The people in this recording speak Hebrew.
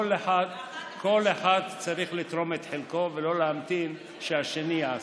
כל אחד צריך לתרום את חלקו ולא להמתין שהשני יעשה.